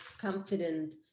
confident